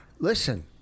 Listen